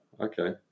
Okay